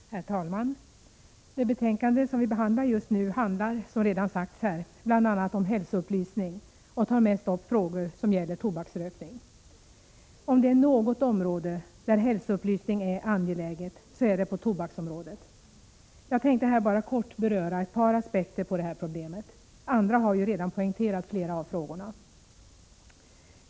Herr talman! Det betänkande som vi behandlar just nu gäller bl.a. hälsoupplysning, och där tas mest upp frågor som gäller tobaksrökning. Om det är något område där hälsoupplysning är angeläget är det på tobaksområdet. Jag tänkte här bara kort beröra ett par aspekter på problemet — andra har redan berört flera av frågorna.